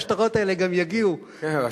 עכשיו צריך שהשטרות האלה גם יגיעו לאנשים.